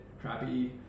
crappy